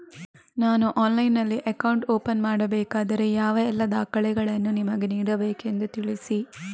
ನಾನು ಆನ್ಲೈನ್ನಲ್ಲಿ account open ಮಾಡಬೇಕಾದರೆ ಯಾವ ಎಲ್ಲ ದಾಖಲೆಗಳನ್ನು ನಿಮಗೆ ನೀಡಬೇಕೆಂದು ತಿಳಿಸಿ?